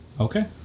Okay